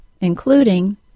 including